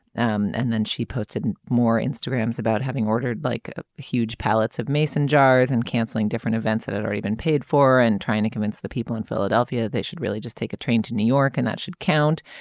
um and then she posted more instagram is about having ordered like a huge pallets of mason jars and canceling different events that are even paid for and trying to convince the people in philadelphia that they should really just take a train to new york and that should count.